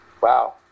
wow